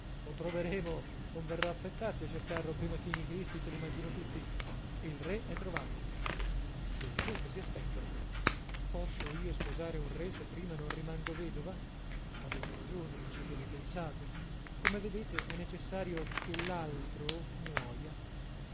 lo troveremo converrà affrettarsi a cercarlo prima che i nichilisti se li mangino tutti il re è trovato dunque che si aspetta posso io sposare un re se prima non rimango vedova avete ragione non ci avevo pensato come vedete è necessario che l'altro muoia